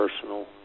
personal